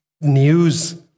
news